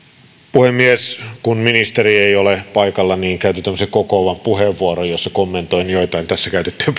puhemies kun ministeri ei ole paikalla niin käytän tämmöisen kokoavan puheenvuoron jossa kommentoin joitain tässä käytettyjä